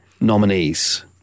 nominees